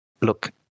look